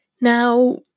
Now